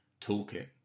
toolkit